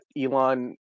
elon